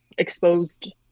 exposed